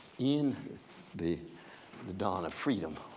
in the the dawn of freedom,